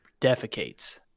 defecates